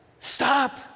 stop